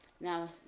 Now